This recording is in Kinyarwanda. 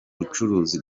bucuruzi